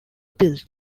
build